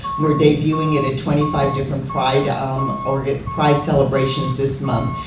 we're debuting it at twenty five different pride um pride celebrations this month.